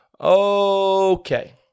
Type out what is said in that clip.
Okay